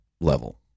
level